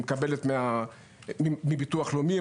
היא מקבלת מביטוח לאומי,